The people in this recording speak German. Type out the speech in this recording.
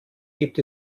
gibt